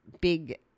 big